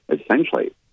essentially